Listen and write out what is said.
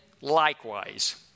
Likewise